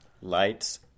Lights